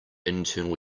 internal